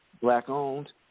black-owned